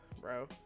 Bro